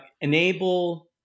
enable